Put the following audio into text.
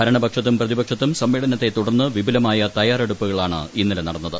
ഭരണപക്ഷത്തും പ്രതിപക്ഷത്തും സമ്മേളനത്തെ തുടർന്ന് വിപുലമായ തയ്യാറെടുപ്പുകളാണ് ഇന്നലെ നടന്നത്